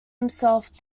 himself